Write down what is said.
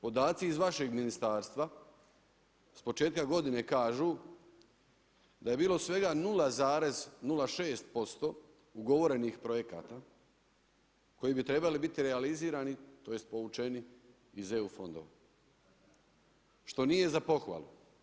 Podaci iz vašeg ministarstva s početka godine kažu da je bilo svega 0,06% ugovorenih projekata koji bi trebali biti realizirani, tj. povućeni iz EU fondova, što nije za pohvalu.